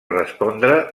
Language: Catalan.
respondre